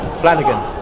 Flanagan